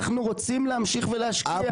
אנחנו רוצים להמשיך ולהשקיע.